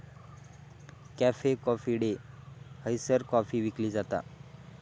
cafe coffee day हयसर coffee विकली जाता